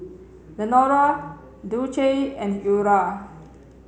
Lenora Dulce and Eura